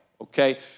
okay